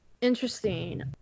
interesting